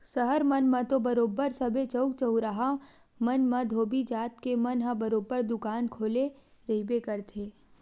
सहर मन म तो बरोबर सबे चउक चउराहा मन म धोबी जात के मन ह बरोबर दुकान खोले रहिबे करथे